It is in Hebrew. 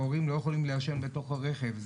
ההורים לא יכולים לעשן בתוך הרכב.